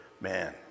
man